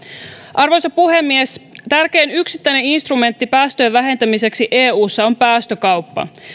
arvoisa puhemies tärkein yksittäinen instrumentti päästöjen vähentämiseksi eussa on päästökauppa